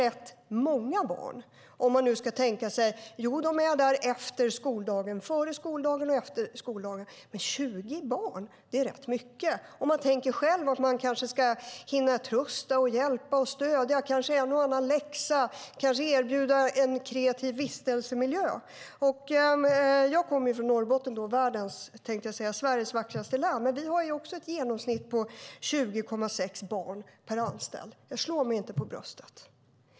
Ja, barnen är där före skoldagen och efter skoldagen, men 20 barn är rätt många om man ska hinna trösta, stödja, kanske hjälpa till med en och annan läxa eller hinna erbjuda en kreativ vistelsemiljö. Jag kommer från Norrbotten - Sveriges vackraste landsdel - och vi har ett genomsnitt på 20,6 barn per anställd. Jag slår mig inte för bröstet.